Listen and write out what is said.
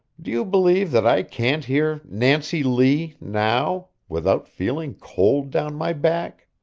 do you believe that i can't hear nancy lee now, without feeling cold down my back?